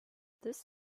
this